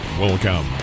Welcome